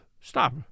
stop